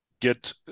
get